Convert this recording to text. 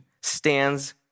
stands